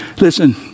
Listen